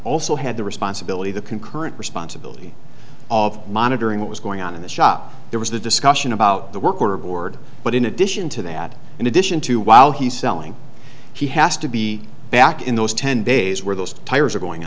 also had the responsibility the concurrent responsibility of monitoring what was going on in the shop there was a discussion about the work order board but in addition to that in addition to while he's selling he has to be back in those ten days where those tires are going